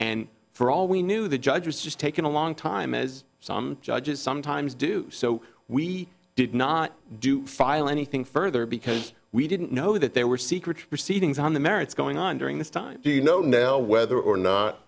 and for all we knew the judge was just taking a long time as some judges sometimes do so we did not do file anything further because we didn't know that there were secret proceedings on the merits going on during this time do you know now whether or not